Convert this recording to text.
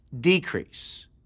decrease